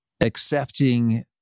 accepting